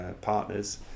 partners